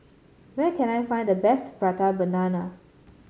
where can I find the best Prata Banana